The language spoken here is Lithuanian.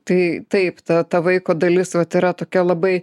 tai taip ta ta vaiko dalis vat yra tokia labai